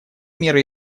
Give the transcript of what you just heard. меры